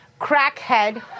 crackhead